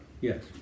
Yes